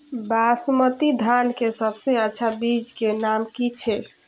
बासमती धान के सबसे अच्छा बीज के नाम की छे?